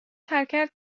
حرکت